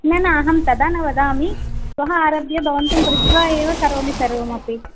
न न अहं तदा न वदामि श्वः आरभ्य भवन्तं पृष्ट्वा एव करोमि सर्वमपि